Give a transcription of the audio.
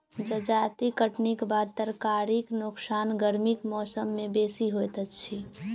जजाति कटनीक बाद तरकारीक नोकसान गर्मीक मौसम मे बेसी होइत अछि